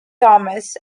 thomas